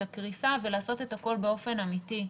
הקריסה ולעשות את הכול באופן אמיתי,